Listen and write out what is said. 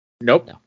Nope